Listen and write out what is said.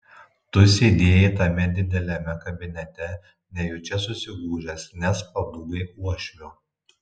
tu sėdėjai tame dideliame kabinete nejučia susigūžęs nes pabūgai uošvio